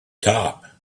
top